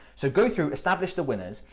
so go through, establish the winners,